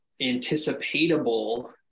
anticipatable